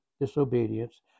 disobedience